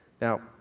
Now